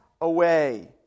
away